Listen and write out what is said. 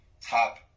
top